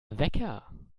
wecker